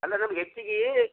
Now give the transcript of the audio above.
ಅಲ್ಲ ನಮ್ಗೆ ಹೆಚ್ಚಿಗೆ